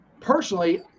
personally